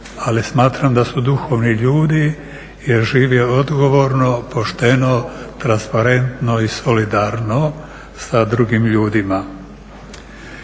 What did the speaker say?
ali smatram da su duhovni ljudi jer žive odgovorno, pošteno, transparentno i solidarno sa drugim ljudima.